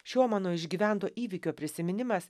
šio mano išgyvento įvykio prisiminimas